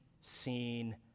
seen